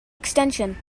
extension